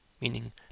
meaning